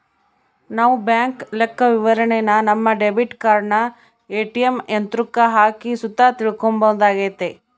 ನಾವು ಬ್ಯಾಂಕ್ ಲೆಕ್ಕವಿವರಣೆನ ನಮ್ಮ ಡೆಬಿಟ್ ಕಾರ್ಡನ ಏ.ಟಿ.ಎಮ್ ಯಂತ್ರುಕ್ಕ ಹಾಕಿ ಸುತ ತಿಳ್ಕಂಬೋದಾಗೆತೆ